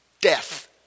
death